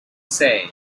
say